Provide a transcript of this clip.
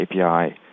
API